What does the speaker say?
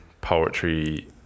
poetry